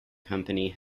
company